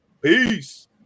Peace